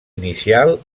inicial